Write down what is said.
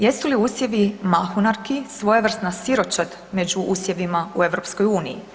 Jesu li usjevi mahunarki svojevrsna siročad među usjevima u EU?